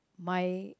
my